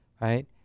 right